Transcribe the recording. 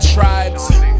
tribes